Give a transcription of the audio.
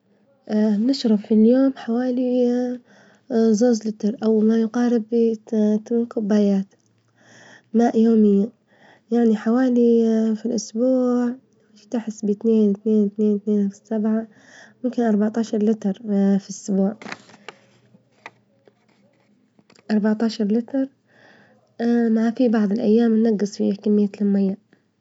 نشرب في اليوم حوالي زوج لتر أوما يقارب تمان كوبايات ماء يوميا، يعني حوالي في الأسبوع افتحسبي اتنين- اتنين في سبعة، ممكن أربعتاشر لتر في أربعطاعشر لتر، معاكي بعظ الأيام نجص لي كمية المية.